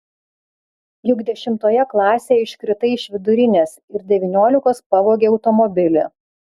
juk dešimtoje klasėje iškritai iš vidurinės ir devyniolikos pavogei automobilį